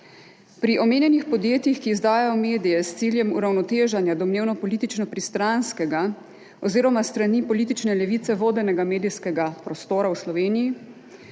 Pri omenjenih podjetjih, ki izdajajo medije s ciljem uravnoteženja domnevno politično pristranskega oziroma s strani politične levice vodenega medijskega prostora v Sloveniji,